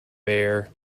bare